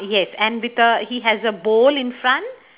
yes and with the he has a bowl in front